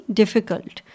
difficult